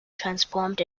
transformed